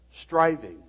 striving